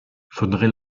faudrait